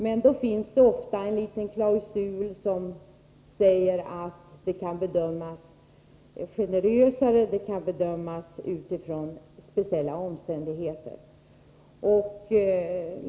Men det finns ofta en liten klausul som säger att det, med hänsyn till speciella omständigheter, kan göras en generösare bedömning.